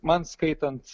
man skaitant